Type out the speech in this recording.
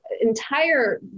entire